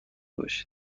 باشی